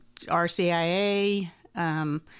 RCIA